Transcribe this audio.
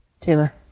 Taylor